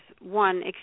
one